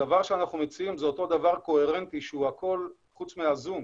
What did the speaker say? הדבר שאנחנו מציעים זה אותו דבר קוהרנטי שהוא הכול חוץ מהזום.